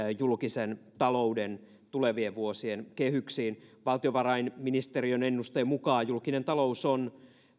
julkisen talouden tulevien vuosien kehyksiin valtiovarainministeriön ennusteen mukaan julkinen talous on